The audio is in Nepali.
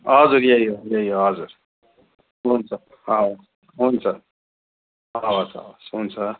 हजुर यही हो यही हो हजुर हुन्छ हवस् हुन्छ हवस् हवस् हुन्छ